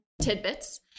Tidbits